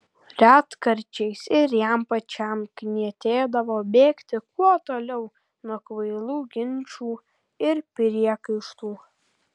retkarčiais ir jam pačiam knietėdavo bėgti kuo toliau nuo kvailų ginčų ir priekaištų